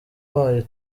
wayo